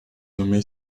nommé